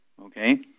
okay